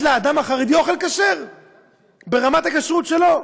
לאדם החרדי אוכל כשר ברמת הכשרות שלו.